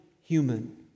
human